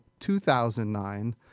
2009